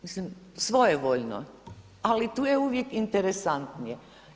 Mislim svojevoljno, ali tu je uvijek interesantnije.